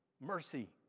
Mercy